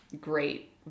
great